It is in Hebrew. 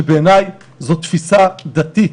שבעיניי זו תפיסה דתית.